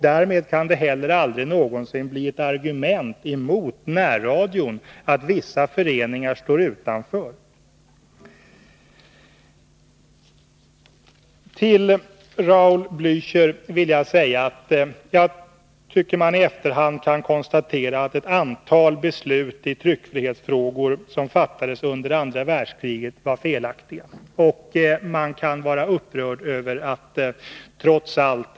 Därför kan det heller aldrig bli ett argument mot närradion att vissa föreningar står utanför. Till Raul Blächer vill jag säga att jag tycker att ett antal beslut i tryckfrihetsfrågor som fattades under andra världskriget var felaktiga, och man kan vara upprörd över att Trots Allt!